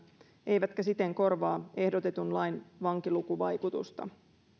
eivätkä siten korvaa ehdotetun lain vankilukuvaikutusta